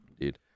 dude